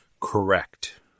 Correct